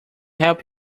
help